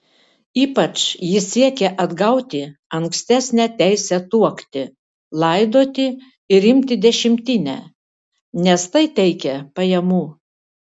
ypač ji siekė atgauti ankstesnę teisę tuokti laidoti ir imti dešimtinę nes tai teikė pajamų